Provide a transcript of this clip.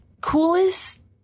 coolest